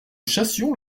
chassions